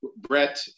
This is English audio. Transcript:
brett